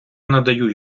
надаю